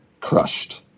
Crushed